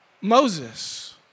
Moses